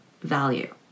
value